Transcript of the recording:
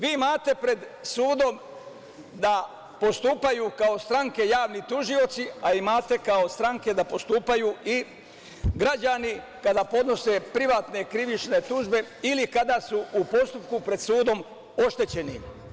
Vi imate pred sudom da postupaju kao stranke javni tužioci, a imate kao stranke da postupaju i građani kada podnose privatne krivične tužbe ili kada su u postupku pred sudom oštećeni.